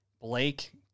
Blake